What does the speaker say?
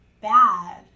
bad